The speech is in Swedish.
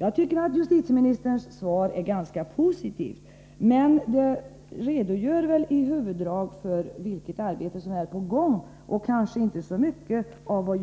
Jag tycker att justitieministerns svar är ganska positivt, men han redogör i huvuddrag för vilket arbete som är på gång och inte så mycket för vad